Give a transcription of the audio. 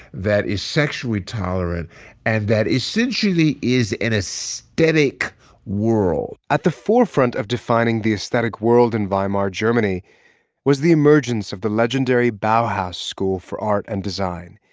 that is sexually tolerant and that essentially is an aesthetic world at the forefront of defining the aesthetic world in weimar germany was the emergence of the legendary bauhaus school for art and design.